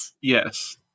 Yes